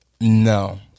No